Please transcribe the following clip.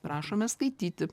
prašome skaityti